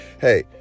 hey